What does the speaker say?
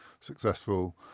successful